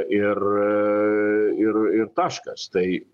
ir ir ir taškas tai